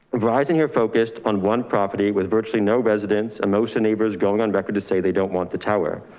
wising here focused on one property with virtually no residence, emotion neighbors going on backward to say they don't want the tower.